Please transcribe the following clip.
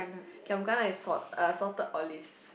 giam gana is salt uh salted olives